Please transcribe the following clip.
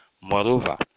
Moreover